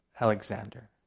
Alexander